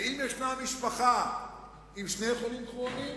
ואם ישנה משפחה עם שני חולים כרוניים,